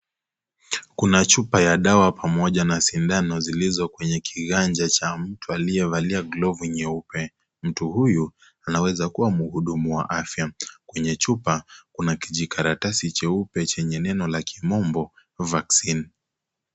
Kuna chupa ya dawa pamoja na sindano zilizo kwenye kiganji cha mtu aliyevalia glovu nyeupe mtu huyu anaweza kuwa mhudumu wa afya, kwenye chupa kuna kijikaratasi jeupe chenye neno la kimombo vaccine .